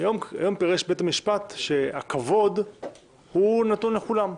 שהיום מפרש בית המשפט שהכבוד נתון לכולם,